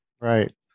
Right